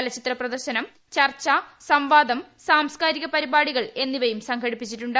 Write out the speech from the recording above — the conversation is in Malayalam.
ചലച്ചിത്ര പ്രദർശനം ചർച്ച സംവാദം സാംസ്കാരിക പരിപാടികൾ എന്നിവയും സംഘടിപ്പിച്ചിട്ടുണ്ട്